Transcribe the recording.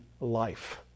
life